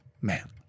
man